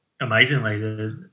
amazingly